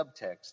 subtext